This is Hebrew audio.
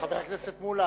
חבר הכנסת מולה,